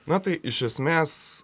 na tai iš esmės